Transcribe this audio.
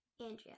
Andrea